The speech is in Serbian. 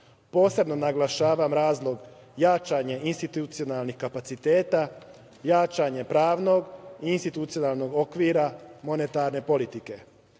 Posebno naglašavam razlog jačanja institucionalnih kapaciteta, jačanje pravnog institucionalnog okvira monetarne politike. Želeo